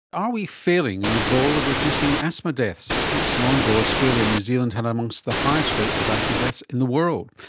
are we failing in the goal of reducing asthma deaths? not so long ago australia and new zealand had among so the highest rates of asthma deaths in the world.